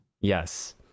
Yes